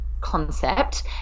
concept